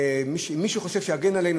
מי שחושב שיגנו עלינו